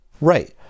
right